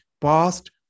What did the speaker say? past